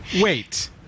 Wait